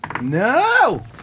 No